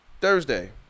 Thursday